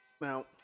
Now